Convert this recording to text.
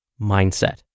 mindset